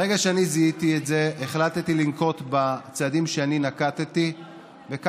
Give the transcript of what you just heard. מהאופוזיציה, ומתוך